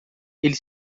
ele